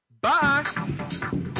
Bye